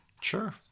Sure